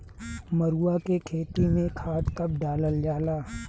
मरुआ के खेती में खाद कब डालल जाला?